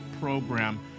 program